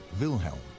Wilhelm